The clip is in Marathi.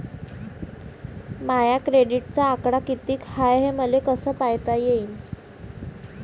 माया क्रेडिटचा आकडा कितीक हाय हे मले कस पायता येईन?